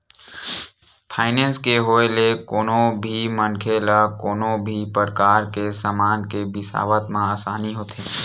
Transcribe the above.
finance के होय ले कोनो भी मनखे ल कोनो भी परकार के समान के बिसावत म आसानी होथे